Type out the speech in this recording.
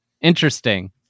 Interesting